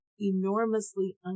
enormously